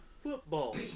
football